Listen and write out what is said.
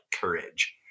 courage